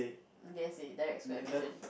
D_S_A direct school admission